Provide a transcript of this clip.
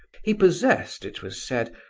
he possessed, it was said,